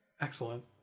Excellent